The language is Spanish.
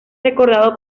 recordado